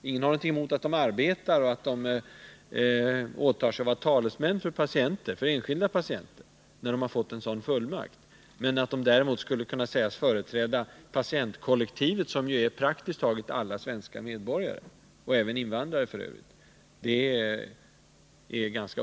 Ingen har något emot att de arbetar och åtar sig att vara talesmän för enskilda patienter, när de har fått en sådan fullmakt. Men det är orimligt att begära att de skulle sägas företräda patientkollektivet, som ju är praktiskt taget alla människor i vårt land.